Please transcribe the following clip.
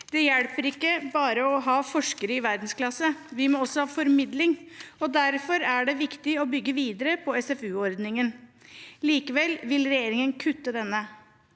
Det hjelper ikke bare å ha forskere i verdensklasse, vi må også ha formidling, og derfor er det viktig å bygge videre på SFU-ordningen. Likevel vil regjeringen kutte denne.